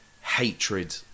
hatred